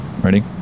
Ready